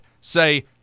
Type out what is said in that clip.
say